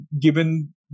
Given